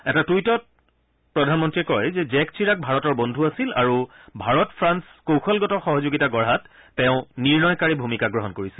এটা টুইটত প্ৰধান মন্ত্ৰীয়ে কয় যে জেক চিৰাক ভাৰতৰ বদ্ধু আছিল আৰু ভাৰত ফাল কৌশলগত সহযোগিতা গঢ়াত তেওঁ নিৰ্ণয়কাৰী ভূমিকা গ্ৰহণ কৰিছিল